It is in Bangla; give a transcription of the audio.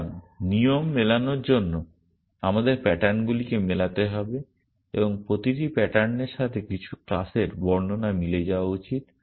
সুতরাং নিয়ম মেলানোর জন্য আমাদের প্যাটার্ন গুলিকে মেলাতে হবে এবং প্রতিটি প্যাটার্নের সাথে কিছু ক্লাসের বর্ণনা মিলে যাওয়া উচিত